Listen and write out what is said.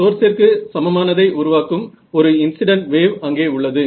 சோர்ஸிற்கு சமமானதை உருவாக்கும் ஒரு இன்ஸிடன்ட் வேவ் அங்கே உள்ளது